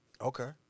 Okay